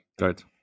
Right